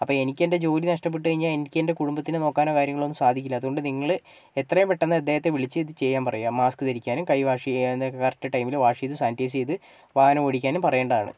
അപ്പോൾ എനിക്കെൻറ്റെ ജോലി നഷ്ട്ടപ്പെട്ട് കഴിഞ്ഞാൽ എനിക്കെൻറ്റെ കുടുംബത്തിനെ നോക്കാനോ കാര്യങ്ങളൊന്നും സാധിക്കില്ല അതുകൊണ്ട് നിങ്ങൾ എത്രയും പെട്ടെന്ന് അദ്ദേഹത്തെ വിളിച്ച് ഇത് ചെയ്യാൻ പറയുക മാസ്ക് ധരിക്കാനും കൈ വാഷ് ചെയ്യാനും കറക്ട് ടൈമിൽ വാഷ് ചെയ്ത് സാനിറ്റൈസ് ചെയ്ത് വാഹനം ഓടിക്കാനും പറയേണ്ടതാണ്